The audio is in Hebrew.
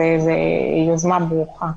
אז זו יוזמה ברוכה.